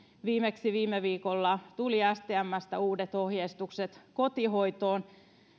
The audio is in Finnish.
viimeksi viime viikolla tuli stmstä uudet ohjeistukset kotihoitoon